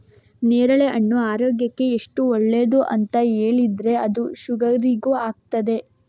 ನೇರಳೆಹಣ್ಣು ಆರೋಗ್ಯಕ್ಕೆ ಎಷ್ಟು ಒಳ್ಳೇದು ಅಂತ ಹೇಳಿದ್ರೆ ಅದು ಶುಗರಿಗೂ ಆಗ್ತದೆ